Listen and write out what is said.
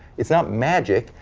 it's not magic,